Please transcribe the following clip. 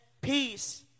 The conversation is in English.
peace